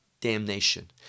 damnation